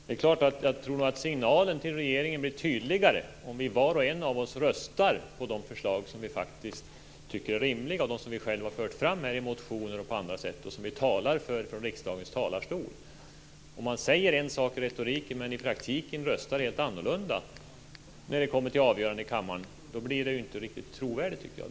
Fru talman! Det är klart att jag tror att signalen till regeringen blir tydligare om var och en av oss röstar på de förslag som vi faktiskt tycker är rimliga, som vi själva har fört fram i motioner och på andra sätt och som vi talar för från riksdagens talarstol. Om man säger en sak i retoriken men i praktiken röstar helt annorlunda när det kommer till avgörande i kammaren blir det inte riktigt trovärdigt.